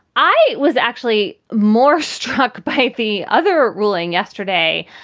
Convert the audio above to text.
i was actually more struck by the other ruling yesterday.